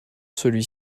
celui